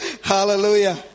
Hallelujah